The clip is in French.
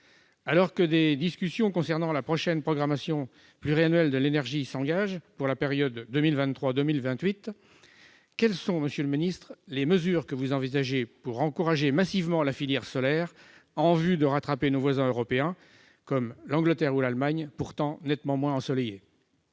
Alors que les discussions concernant la prochaine programmation pluriannuelle de l'énergie portant sur la période 2023-2028 s'engagent, quelles sont, monsieur le secrétaire d'État, les mesures que vous envisagez pour encourager massivement la filière solaire en vue de rattraper nos voisins européens comme l'Angleterre ou l'Allemagne, pays pourtant nettement moins ensoleillés ?